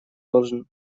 должен